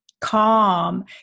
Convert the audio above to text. calm